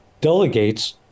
delegates